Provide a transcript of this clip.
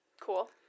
Cool